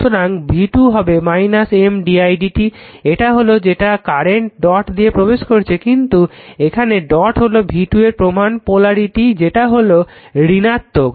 সুতরাং v2 হবে M d i1 dt এটা হলো যেটা কারেন্ট ডট দিয়ে প্রবেশ করছে কিন্তু এখানে ডট হলো v2 এর প্রমান পোলারিটি যেটা হলো ঋণাত্মক